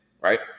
right